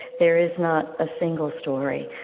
there is not a single story,